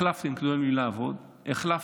החלפנו כי אתם לא יודעים לעבוד, החלפנו